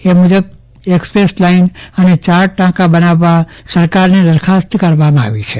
એ મુજબ express line અને ચાર ટાંકા બનાવવા સરકારને દરખાસ્ત કરવામાં આવી છે